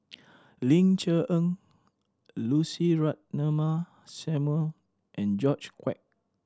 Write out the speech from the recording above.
Ling Cher Eng Lucy Ratnammah Samuel and George Quek